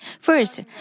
First